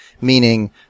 meaning